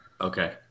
Okay